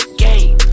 game